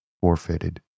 forfeited